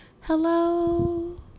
Hello